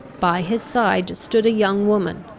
by his side stood a young woman,